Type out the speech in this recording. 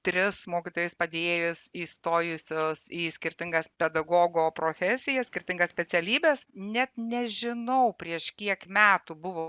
tris mokytojus padėjėjus įstojusius į skirtingas pedagogo profesijas skirtingas specialybes net nežinau prieš kiek metų buvo